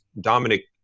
dominic